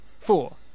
four